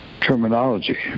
terminology